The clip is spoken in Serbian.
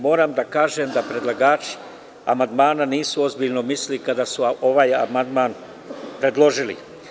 Moram da kažem da predlagači amandmana nisu ozbiljno mislili kada su ovaj amandman predložili.